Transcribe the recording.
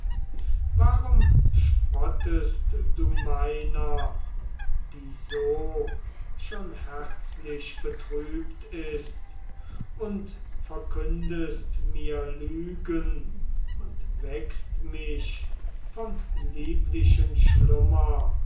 warum spottest du meiner die so schon herzlich betrübt ist und verkündest mir lügen und weckst mich vom lieblichen schlummer